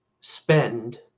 spend